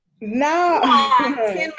no